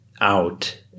out